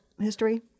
history